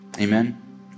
Amen